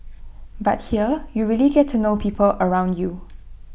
but here you really get to know people around you